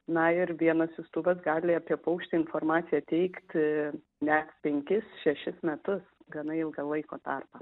na ir vienas siųstuvas gali apie paukštį informaciją teikti net penkis šešis metus gana ilgą laiko tarpą